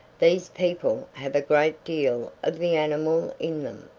these people have a great deal of the animal in them,